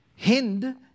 Hind